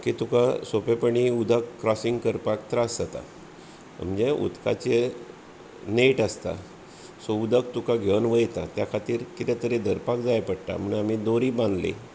की तुका सोंपेपणी उदक क्रोसींग करपाक त्रास जाता म्हणजे उदकाचो नेट आसता सो उदक तुका घेवून वयता त्या खातीर कितें तरी धरपाक जाय पडटा म्हणून आमी दोरी बांदली